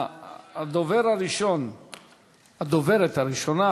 הדוברת הראשונה,